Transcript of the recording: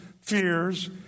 fears